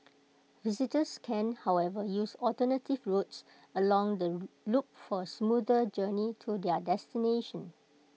visitors can however use alternative routes along the loop for smoother journey to their destination